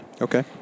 Okay